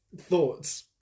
thoughts